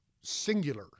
singular